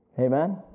Amen